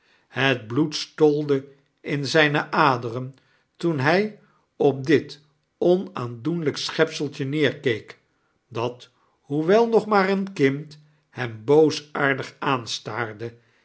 het bloed stolde in zijne aderen toen hij op dit onaandoenlijk schepseltje neerkeek dat hoewel nog maar een kind hem boosaardig aanstaarde